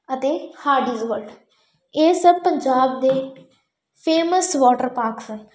ਅਤੇ Hardy's world ਇਹ ਸਭ ਪੰਜਾਬ ਦੇ ਫੇਮਸ ਵੋਟਰ ਪਾਰਕਸ ਹਨ